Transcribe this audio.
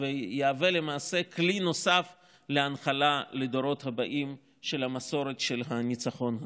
ויהווה למעשה כלי נוסף להנחלה לדורות הבאים של המסורת של הניצחון הזה.